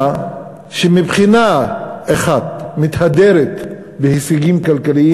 שמבחינה אחת מתהדרת בהישגים כלכליים,